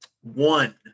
One